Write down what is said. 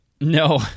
No